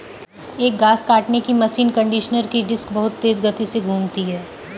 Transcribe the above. एक घास काटने की मशीन कंडीशनर की डिस्क बहुत तेज गति से घूमती है